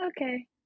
Okay